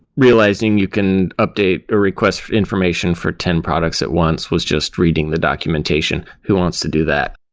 realizing you can update a request information for ten products at once was just reading the documentation. who wants to do that?